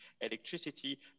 electricity